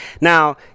Now